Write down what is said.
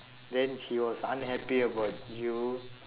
then he was unhappy about you